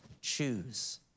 choose